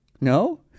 No